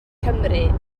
cymru